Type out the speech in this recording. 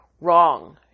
wrong